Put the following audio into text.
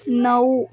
नऊ